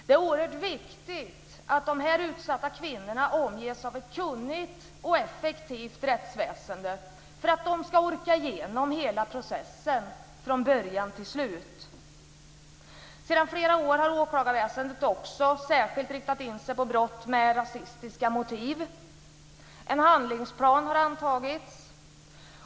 Det är oerhört viktigt att de här utsatta kvinnorna omges av ett kunnigt och effektivt rättsväsende, för att de ska orka igenom hela processen från början till slut. Sedan fler år har åklagarväsendet också särskilt riktat in sig på brott med rasistiska motiv. En handlingsplan har antagits.